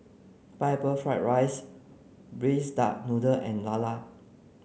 pineapple fried rice braised duck noodle and Lala